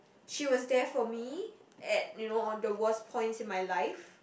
she was there for me at you know the worse points in my life